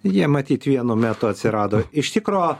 jie matyt vienu metu atsirado iš tikro